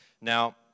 Now